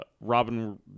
Robin